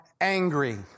angry